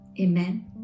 Amen